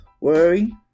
Worry